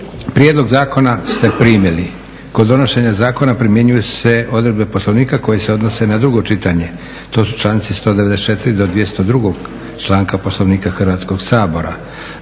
Prijedlog zakona ste primili. Kod donošenja zakona primjenjuju se odredbe Poslovnika koje se odnose na drugo čitanje, to su članci 194. do 202. članka Poslovnika Hrvatskog sabora.